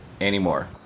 anymore